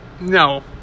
no